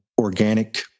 organic